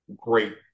great